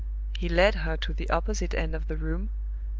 he led her to the opposite end of the room,